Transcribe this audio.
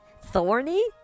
Thorny